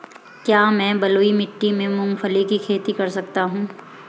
क्या मैं बलुई मिट्टी में मूंगफली की खेती कर सकता हूँ?